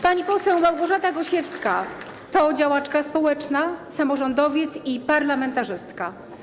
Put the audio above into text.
Pani poseł Małgorzata Gosiewska to działaczka społeczna, samorządowiec i parlamentarzystka.